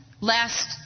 last